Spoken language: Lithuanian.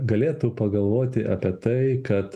galėtų pagalvoti apie tai kad